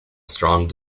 strong